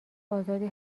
آزادی